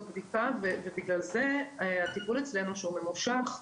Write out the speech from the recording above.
בדיקה ובגלל זה הטיפול אצלנו שהוא ממושך,